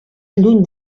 lluny